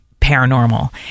paranormal